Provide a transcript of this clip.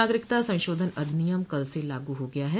नागरिकता संशोधन अधिनियम कल से लागू हो गया है